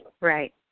Right